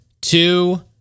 two